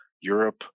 europe